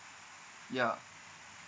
ya